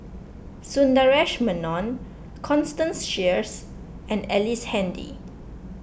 Sundaresh Menon Constance Sheares and Ellice Handy